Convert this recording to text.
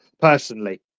personally